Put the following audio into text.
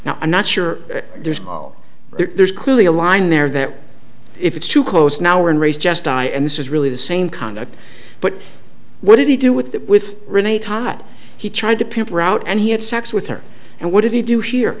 now i'm not sure there's there's clearly a line there that if it's too close now and race just die and this is really the same conduct but what did he do with that with renee tot he tried to pick route and he had sex with her and what did he do here